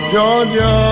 Georgia